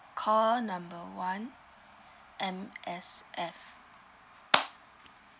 call number one M_S_F